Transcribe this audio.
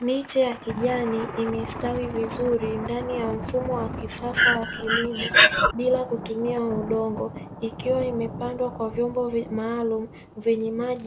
Miche ya kijani imestawi vizuri ndani ya mfumo wa kisasa wa kilimo bila kutumia udongo ikiwa imepandwa kwa vyombo maalumu